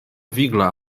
vigla